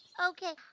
okay.